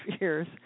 years